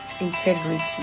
integrity